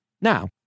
Now